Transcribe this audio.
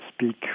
speak